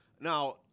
Now